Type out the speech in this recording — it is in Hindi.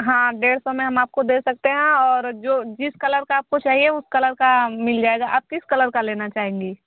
हाँ डेढ़ सौ में हम आपको दे सकते और जो जिस कलर का आपको चाहिए उस कलर का मिल जाएगा आप किस कलर का लेना चाहेंगी